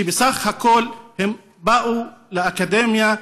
שבסך הכול באו לאקדמיה,